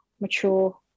mature